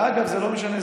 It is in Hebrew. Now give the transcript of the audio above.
ואגב, זה לא משנה.